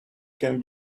can